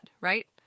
right